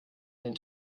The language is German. den